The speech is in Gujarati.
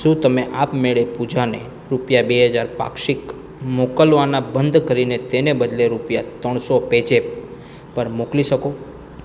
શું તમે આપમેળે પૂજાને રૂપિયા બે હજાર પાક્ષિક મોકલવાના બંધ કરીને તેને બદલે રૂપિયા ત્રણસો પેઝેપ પર મોકલી શકો